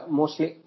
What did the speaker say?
mostly